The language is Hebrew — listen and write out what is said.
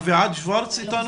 אביעד שוורץ אתנו?